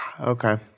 Okay